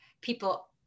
people